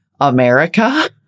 america